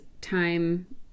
time